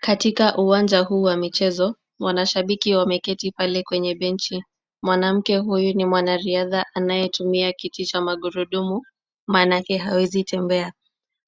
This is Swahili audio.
Katika uwanja huu wa michezo, wanashabiki wameketi pale kwenye benchi. Mwanamke huyu ni mwanariadha anayetumia kiti cha magurudumu, maanake hawezi tembea.